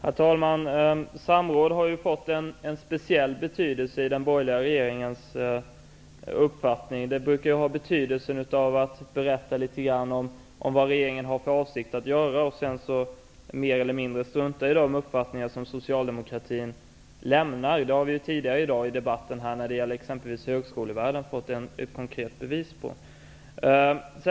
Herr talman! Samråd har fått en speciell betydelse för den borgerliga regeringen. Det brukar betyda att regeringen skall berätta litet grand om vad den har för avsikt att göra och att den sedan mer eller mindre struntar i de uppfattningar som socialdemokratin lämnar. Det har vi t.ex. tidigare i dag i debatten om högskolevärlden fått ett konkret bevis på.